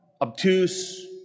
obtuse